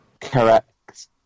Correct